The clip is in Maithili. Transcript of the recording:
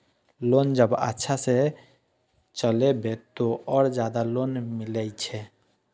लोन जब अच्छा से चलेबे तो और ज्यादा लोन मिले छै?